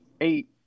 eight